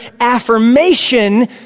affirmation